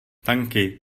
tanky